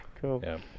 Cool